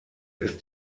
ist